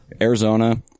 Arizona